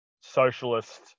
socialist